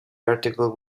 article